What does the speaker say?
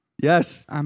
yes